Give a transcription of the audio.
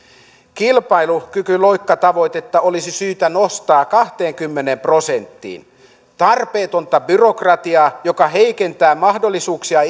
kilpailukykyloikkatavoitetta olisi syytä nostaa kahteenkymmeneen prosenttiin tarpeetonta byrokratiaa joka heikentää mahdollisuuksia